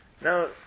Now